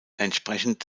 entsprechend